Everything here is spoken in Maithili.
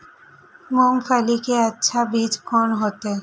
मूंगफली के अच्छा बीज कोन होते?